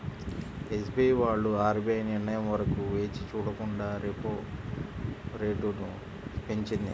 SBI వాళ్ళు RBI నిర్ణయం వరకు వేచి చూడకుండా రెపో రేటును పెంచింది